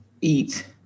eat